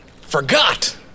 forgot